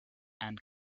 and